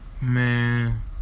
Man